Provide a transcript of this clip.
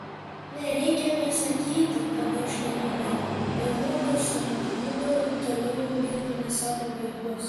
nereikia nė sakyti kad aš nenumiriau ir mudu su machmudu toliau auginome savo vaikus